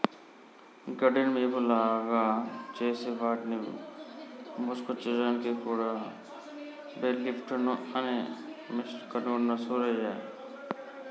గడ్డిని మోపులుగా చేసి వాటిని మోసుకొచ్చాడానికి కూడా బెల్ లిఫ్టర్ అనే మెషిన్ కొన్నాడు సూరయ్య